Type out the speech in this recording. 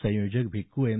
संयोजक भिक्खू एम